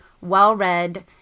well-read